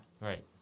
right